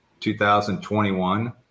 2021